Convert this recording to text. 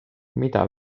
mida